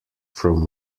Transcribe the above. from